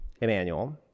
Emmanuel